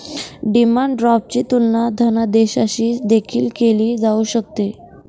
demand ड्राफ्टची तुलना धनादेशाशी देखील केली जाऊ शकते